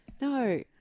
no